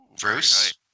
Bruce